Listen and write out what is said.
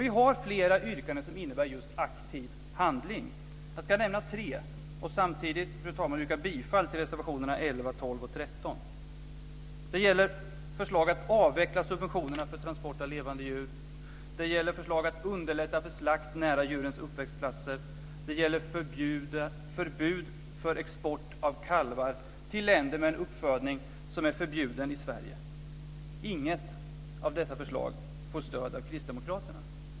Vi har flera yrkanden som innebär just aktiv handling. Jag ska nämna tre och samtidigt, fru talman, yrka bifall till reservationerna 11, 12 och 13. Det gäller förslag att avveckla subventionerna för transport av levande djur. Det gäller förslag att underlätta för slakt nära djurens uppväxtplatser. Det gäller förbud för export av kalvar till länder med en uppfödning som är förbjuden i Sverige. Inget av dessa förslag får stöd av kristdemokraterna.